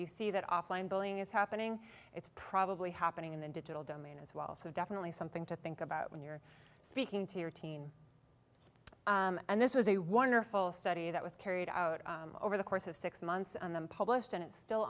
bullying is happening it's probably happening in the digital domain as well so definitely something to think about when you're speaking to your teen and this was a wonderful study that was carried out over the course of six months on them published and it's still